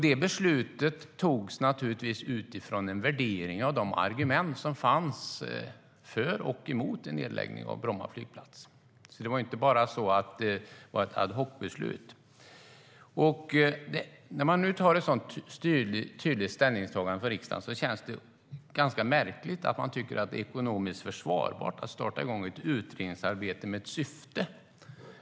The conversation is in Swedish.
Det beslutet togs naturligtvis utifrån en värdering av de argument som fanns för och emot en nedläggning av Bromma flygplats. Det var inte bara ett ad hoc-beslut. När riksdagen tar ett sådant tydligt ställningstagande känns det ganska märkligt att regeringen tycker att det är ekonomiskt försvarbart att starta ett utredningsarbete med ett syfte.